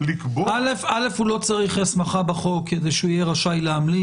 הוא לא צריך הסמכה בחוק כדי שהוא יהיה רשאי להמליץ.